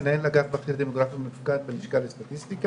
מנהל אגף בכיר לדמוגרפיה ומפקד בלשכה המרכזית לסטטיסטיקה.